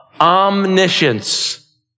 omniscience